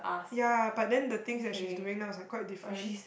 ya but then the things like she's doing now is like quite different